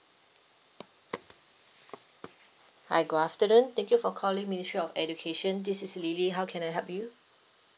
hi good afternoon thank you for calling ministry of education this is lily how can I help you